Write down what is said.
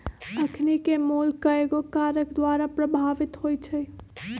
अखनिके मोल कयगो कारक द्वारा प्रभावित होइ छइ